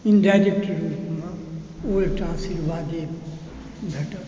indirect रूपमे ओ एकटा आशीर्वादे भेटत